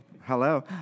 Hello